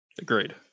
Agreed